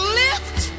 lift